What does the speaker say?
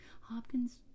Hopkins